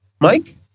Mike